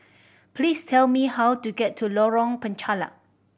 please tell me how to get to Lorong Penchalak